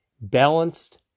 balanced